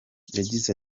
yagize